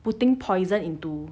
putting poison into